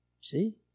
see